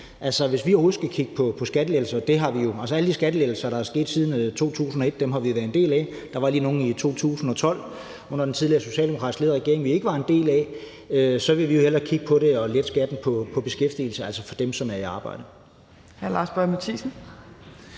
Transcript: der er kommet siden 2001, har vi været en del af; der var lige nogle i 2012 under den tidligere socialdemokratisk ledede regering, som vi ikke var en del af – vil vi hellere kigge på at lette skatten på beskæftigelse, altså for dem, som er i arbejde.